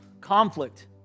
conflict